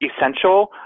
essential